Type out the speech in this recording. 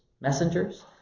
Messengers